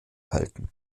halten